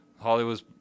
Hollywood